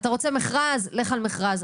אתה רוצה מכרז לך על מכרז.